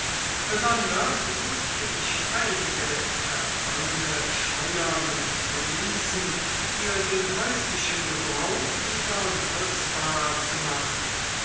besonders wußte ich einige verfallene scheuern und remisen für den häuslichen gebrauch wieder nutzbar zu machen